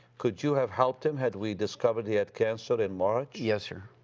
could you have helped him had we discovered he had cancer in march? yes, sir.